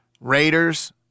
Raiders